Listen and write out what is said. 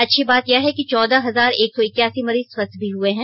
अच्छी बात यह है कि चौदह हजार एक सौ इक्यासी मरीज स्वस्थ भी हए हैं